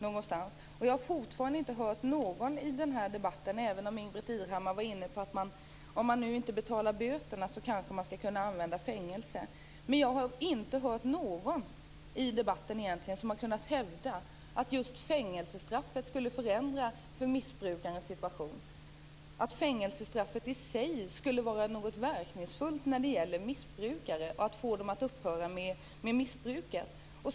Jag har fortfarande inte hört någon i debatten - även om Ingbritt Irhammar var inne på att man kanske skall kunna använda fängelse om någon inte betalar sina böter - som har kunnat hävda att fängelsestraffet skulle förändra missbrukarnas situation. Ingen har kunnat hävda att fängelsestraffet i sig skulle vara något verkningsfullt för missbrukare, så att man får dem att upphöra med missbruket.